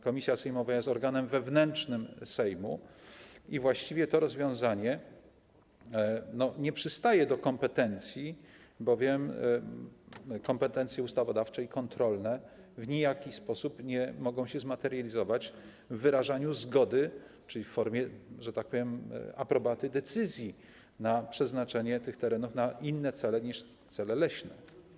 Komisja sejmowa jest organem wewnętrznym Sejmu i właściwie to rozwiązanie nie przystaje do kompetencji, bowiem kompetencje ustawodawcze i kontrolne w nijaki sposób nie mogą się zmaterializować w wyrażaniu zgody, czyli w formie - że tak powiem - aprobaty decyzji o przeznaczeniu tych terenów na inne cele niż cele leśne.